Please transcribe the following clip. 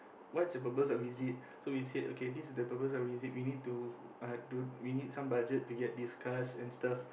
what's your purpose of visit so we said okay this is the purpose of visit we need to uh don~ we need some budget to get this cast and stuff